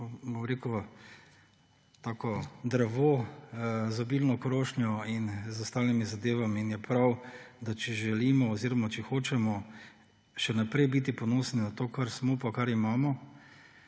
postaneš drevo z obilno krošnjo in z ostalimi zadevami in je prav, da če želimo oziroma če hočemo še naprej biti ponosni na to, kar smo pa kar imamo,